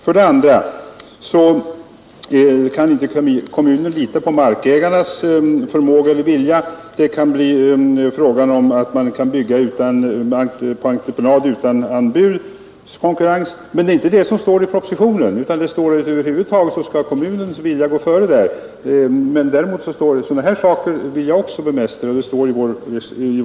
För det andra kan kommunen inte lita på markägarnas förmåga eller vilja. Det kan bli fråga om att man kan bygga på entreprenad utan anbudskonkurrens. Men det är inte det som står i propositionen, utan det står att över huvud taget skall kommunens vilja ha företräde. Sådana problem vill jag också bemästra. Det står i vår motion.